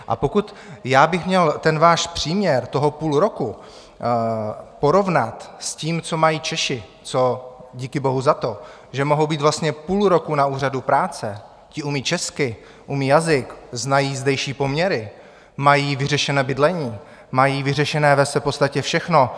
A pokud já bych měl váš příměr toho půlroku porovnat s tím, co mají Češi, díky Bohu za to, že mohou být vlastně půl roku na úřadu práce ti umí česky, umí jazyk, znají zdejší poměry, mají vyřešené bydlení, mají vyřešené ve své podstatě všechno.